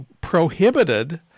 prohibited